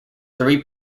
three